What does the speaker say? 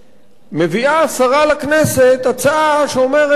מביאה השרה לכנסת הצעה שאומרת: בואו נוציא